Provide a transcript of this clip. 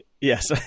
Yes